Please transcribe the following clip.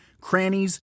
crannies